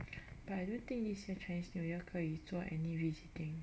but I don't think this year chinese new year 可以做 any visiting